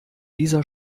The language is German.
dieser